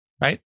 right